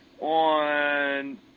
on